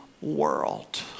world